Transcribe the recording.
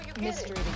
mystery